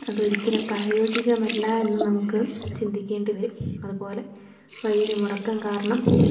അതൊരിക്കലും പ്രായോഗികമല്ല എന്ന് നമുക്ക് ചിന്തിക്കേണ്ടി വരും അതുപോലെ വൈദ്യുതി മുടക്കം കാരണം